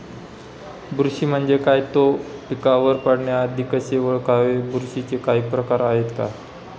बुरशी म्हणजे काय? तो पिकावर पडण्याआधी कसे ओळखावे? बुरशीचे काही प्रकार आहेत का?